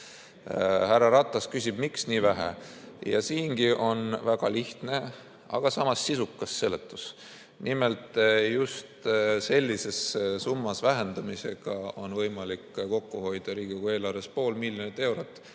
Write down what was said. Härra Ratas küsib, miks nii vähe. Ja siingi on väga lihtne, aga samas sisukas seletus. Nimelt, just sellises summas vähendamisega on võimalik kokku hoida Riigikogu eelarves pool miljonit eurot,